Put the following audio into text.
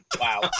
Wow